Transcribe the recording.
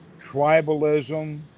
tribalism